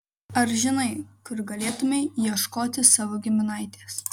ar žinai kur galėtumei ieškoti savo giminaitės